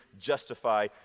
justify